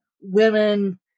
women